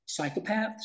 psychopaths